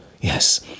Yes